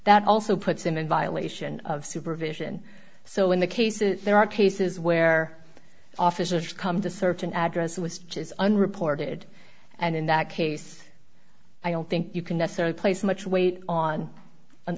that also puts him in violation of supervision so in the cases there are cases where officers come to search an address was just unreported and in that case i don't think you can necessarily place much weight on an